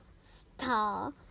star